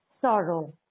sorrow